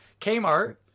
Kmart